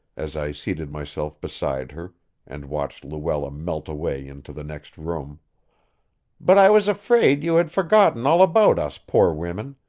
as i seated myself beside her and watched luella melt away into the next room but i was afraid you had forgotten all about us poor women,